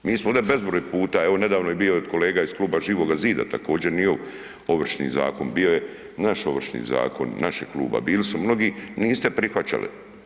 Mi smo ovdje bezbroj puta, evo nedavno je i bio kolega iz Kluba Živoga zida također njiov Ovršni zakon, bio je naš Ovršni zakon, našeg kluba, bili su mnogi, niste prihvaćali.